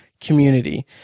community